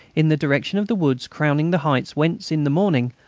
in the direction of the woods crowning the heights whence, in the morning,